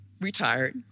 retired